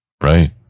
right